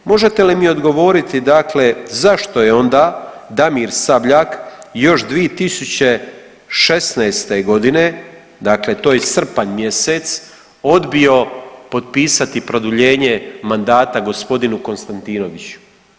Možete li mi odgovoriti dakle zašto je onda Damir Sabljak još 2016. g., dakle to je srpanj mjesec, odbio potpisati produljenje mandata g. Konstantinoviću?